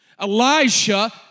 Elijah